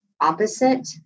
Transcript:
opposite